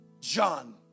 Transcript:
John